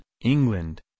England